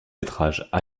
métrage